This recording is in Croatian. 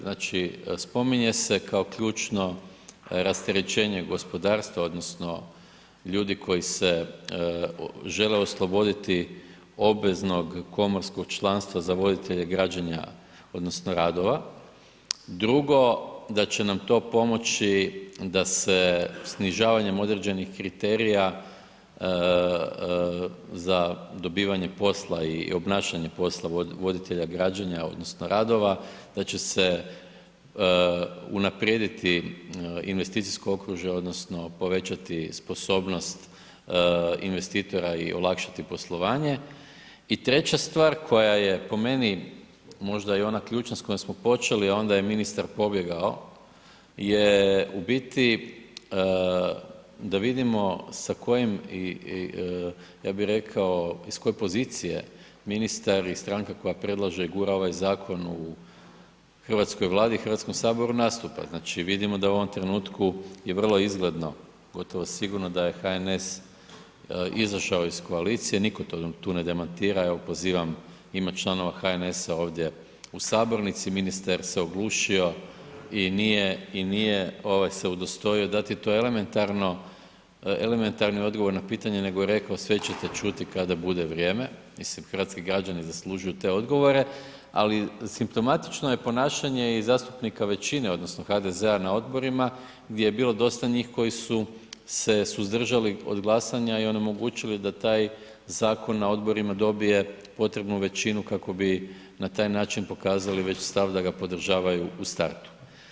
Znači, spominje se kao ključno rasterećenje gospodarstva odnosno ljudi koji se žele osloboditi obveznog komorskog članstva za voditelje građenja odnosno radova, drugo, da će nam to pomoći da se snižavanjem određenih kriterija za dobivanje posla i obnašanje posla voditelja građenja odnosno radova da će se unaprijediti investicijsko okružje odnosno povećati sposobnost investitora i olakšati poslovanje i treća stvar koja je po meni možda i ona ključna s kojom smo počeli, a onda je ministar pobjegao, je u biti da vidimo sa kojim, ja bi rekao iz koje pozicije ministar i stranka koja predlaže, gura ovaj zakon u hrvatskoj Vladi i HS nastupa, znači vidimo da u ovom trenutku je vrlo izgledno, gotovo sigurno da je HNS izašao iz koalicije, nitko to tu ne demantira, evo pozivam, ima članova HNS-a ovdje u sabornici, ministar se oglušio i nije, i nije ovaj se udostojio dati to elementarno, elementarni odgovor na pitanje, nego je rekao sve ćete čuti kada bude vrijeme, mislim hrvatski građani zaslužuju te odgovore, ali simptomatično je ponašanje i zastupnika većine odnosno HDZ-a na odborima gdje je bilo dosta njih koji su se suzdržali od glasanja i onemogućili da taj zakon na odborima dobije potrebnu većinu kako bi na taj način pokazali već stav da ga podržavaju u startu.